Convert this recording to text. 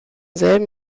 selben